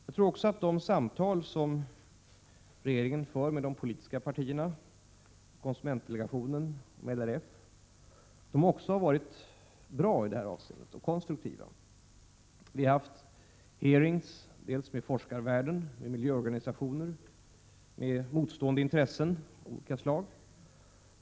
Jag tror också att de samtal som regeringen fört med de politiska partierna, konsumentdelegationen och LRF har varit bra och konstruktiva. Vi har haft utfrågningar med företrädare för forskarvärlden, miljöorganisationer, motstående intressen av olika slag.